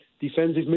defensive